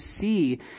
see